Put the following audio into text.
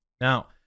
now